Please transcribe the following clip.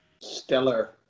Stellar